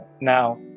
Now